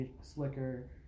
slicker